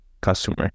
customer